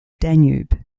danube